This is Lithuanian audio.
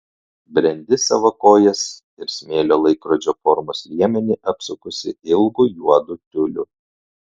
brendi savo kojas ir smėlio laikrodžio formos liemenį apsukusi ilgu juodu tiuliu